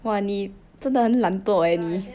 !wah! 你真的很懒惰 eh 你